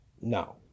no